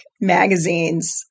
magazines